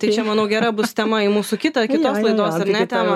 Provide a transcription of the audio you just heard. tai čia manau gera bus tema į mūsų kitą kitos laidos ar ne temą